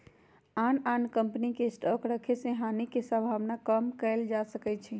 आन आन कम्पनी के स्टॉक रखे से हानि के सम्भावना कम कएल जा सकै छइ